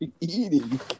eating